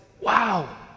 wow